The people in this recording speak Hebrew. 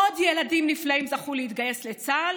עוד ילדים נפלאים זכו להתגייס לצה"ל,